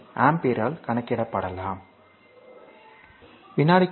எனவே அடிப்படையில் current dqdt